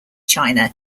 china